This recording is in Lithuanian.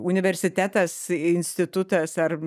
universitetas institutas ar